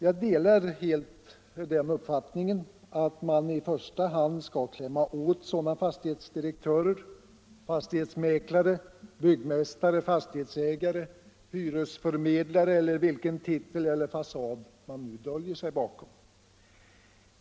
Jag delar helt den uppfattningen att man i första hand skall klämma åt sådana fastighetsdirektörer, fastighetsmäklare, byggmästare, fastighetsägare, hyresförmedlare eller andra som ägnar sig åt denna verksamhet, vilken titel eller fasad de än döljer sig bakom.